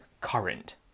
current